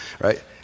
right